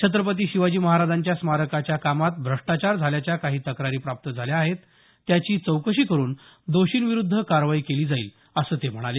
छत्रपती शिवाजी महाराजांच्या स्मारकाच्या कामात भ्रष्टाचार झाल्याच्या काही तक्रारी प्राप्त झाल्या आहेत त्याची चौकशी करून दोषींविरूद्ध कारवाई केली जाईल असं ते म्हणाले